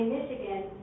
Michigan